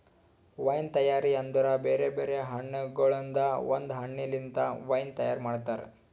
wine ತೈಯಾರಿ ಅಂದುರ್ ಬೇರೆ ಬೇರೆ ಹಣ್ಣಗೊಳ್ದಾಂದು ಒಂದ್ ಹಣ್ಣ ಲಿಂತ್ ವೈನ್ ತೈಯಾರ್ ಮಾಡ್ತಾರ್